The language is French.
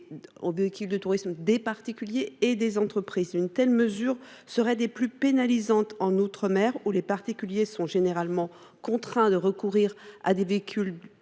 aux véhicules de tourisme, des particuliers et des entreprises. Une telle mesure serait des plus pénalisantes en outre mer, car les particuliers sont généralement contraints de recourir à leur véhicule